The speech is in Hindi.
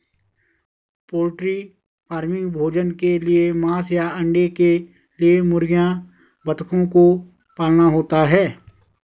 पोल्ट्री फार्मिंग भोजन के लिए मांस या अंडे के लिए मुर्गियों बतखों को पालना होता है